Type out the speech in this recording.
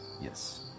yes